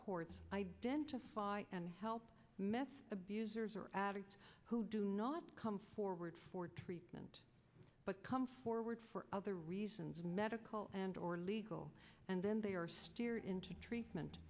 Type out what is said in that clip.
courts identify and help meth abusers or addicts who do not come forward for treatment but come forward for other reasons medical and or legal and then they are steered into treatment